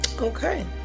Okay